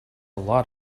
lot